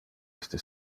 iste